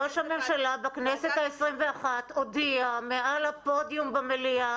ראש הממשלה בכנסת ה-21 הודיע מעל הפודיום במליאה